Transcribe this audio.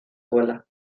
cola